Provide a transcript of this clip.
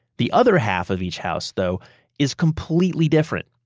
the other half of each house though is completely different.